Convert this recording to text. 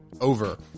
over